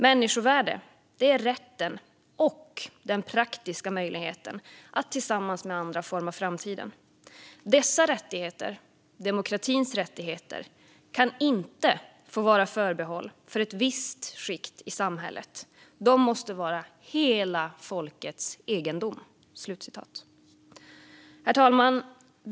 Människovärde - det är rätten och den praktiska möjligheten att tillsammans med andra forma framtiden. Dessa rättigheter, demokratins rättigheter, kan inte få vara förbehållna ett visst skikt av samhället. De måste vara hela folkets egendom." Herr talman!